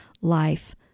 life